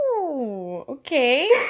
okay